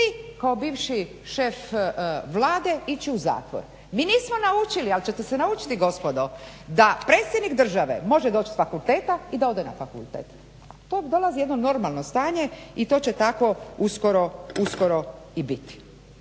kao bivši šef Vlade ići u zatvor. Mi nismo naučili ali ćete se naučiti gospodo da predsjednik države može doći s fakulteta i da ode na fakultet. Do dolazi jedno normalno stanje i to će tako uskoro,